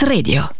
Radio